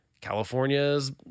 California's